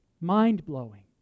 mind-blowing